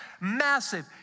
massive